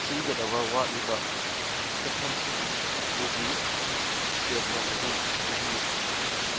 ꯊꯤꯒꯗꯕ ꯋꯥꯠꯂꯤꯕ ꯁꯦꯟꯐꯝꯁꯤꯡ ꯑꯗꯨꯒꯤ ꯏꯁꯇꯦꯠꯃꯦꯟ ꯑꯗꯨ ꯄꯤꯕꯤꯌꯨ